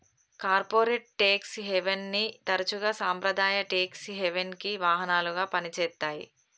corporate tax హెవెన్ని తరచుగా సాంప్రదాయ ట్యేక్స్ హెవెన్కి వాహనాలుగా పనిచేత్తాయి